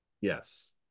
Yes